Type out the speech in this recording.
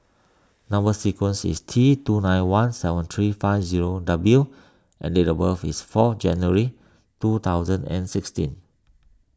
Number Sequence is T two nine one seven three five zero W and date of birth is four January two thousand and sixteen